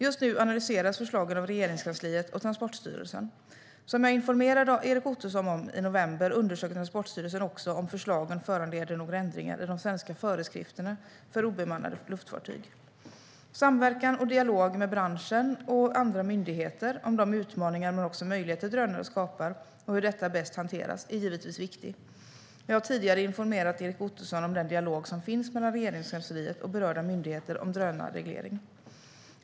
Just nu analyseras förslagen av Regeringskansliet och Transportstyrelsen. Som jag informerade Erik Ottoson om i november undersöker Transportstyrelsen också om förslagen föranleder några ändringar i de svenska föreskrifterna för obemannade luftfartyg. Samverkan och dialog med branschen och andra myndigheter om de utmaningar men också möjligheter drönare skapar och hur detta bäst hanteras är givetvis viktigt. Jag har tidigare informerat Erik Ottoson om den dialog som finns mellan Regeringskansliet och berörda myndigheter om drönarreglering.